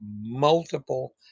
multiple